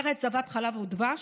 ארץ זבת חלב ודבש?